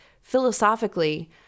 philosophically